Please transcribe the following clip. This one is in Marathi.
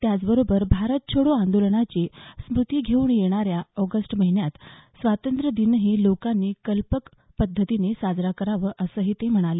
त्याचबरोबर भारत छोडो आंदोलनाची स्मूती घेऊन येणाऱ्या ऑगस्ट महिन्यात स्वातंत्र्यदिनही लोकांनी कल्पक पद्धतींनी साजरा करावा असं ते म्हणाले